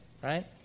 Right